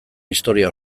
historia